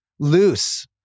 loose